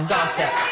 Gossip